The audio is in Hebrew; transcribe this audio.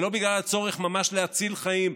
ולא בגלל הצורך ממש להציל חיים,